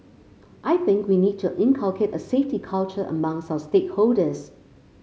I think we need to inculcate a safety culture amongst our stakeholders